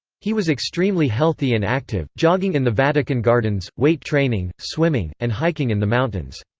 he was extremely healthy and active, jogging in the vatican gardens, weight training, swimming, and hiking in the mountains.